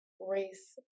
race